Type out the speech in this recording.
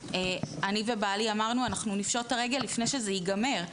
אני ובעלי אמרנו: אנחנו נפשוט את הרגל לפני שזה ייגמר,